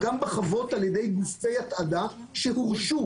גם בחוות, על ידי גופי התעדה, שהורשו